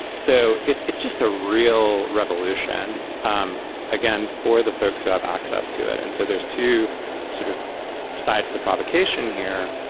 so it's it's just a real revolution. um again, for the folks who have access to it. and so there's two sort of sides to the provocation here.